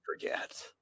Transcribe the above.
forget